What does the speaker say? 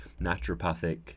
naturopathic